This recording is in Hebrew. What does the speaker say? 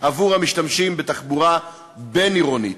עבור המשתמשים בתחבורה בין-עירונית.